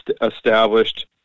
established